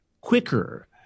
quicker